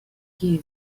key